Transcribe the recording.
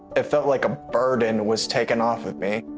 it felt like a burden was taken off of me.